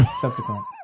subsequent